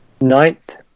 Ninth